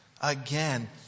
again